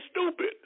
stupid